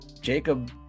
Jacob